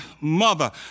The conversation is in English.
mother